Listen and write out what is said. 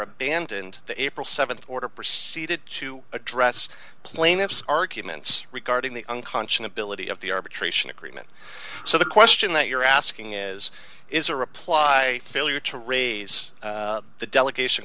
abandoned the april th order proceeded to address plaintiff's arguments regarding the unconscionable ety of the arbitration agreement so the question that you're asking is is a reply failure to raise the delegation